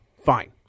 fine